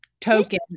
token